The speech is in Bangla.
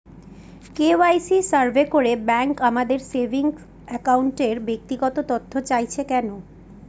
কে.ওয়াই.সি সার্ভে করে ব্যাংক আমাদের সেভিং অ্যাকাউন্টের ব্যক্তিগত তথ্য চাইছে কেন?